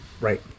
Right